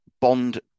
bond